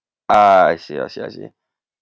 ah I see I see I see